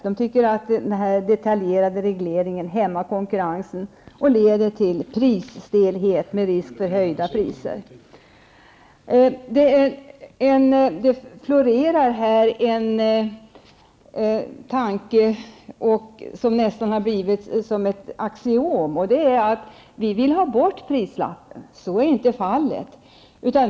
De tycker att denna detaljerade reglering hämmar konkurrens och leder till prisstelhet med risk för prishöjningar. Det florerar en tanke som har blivit nästan ett axiom, nämligen att vi vill ha bort prislapparna. Men så är inte fallet.